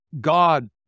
God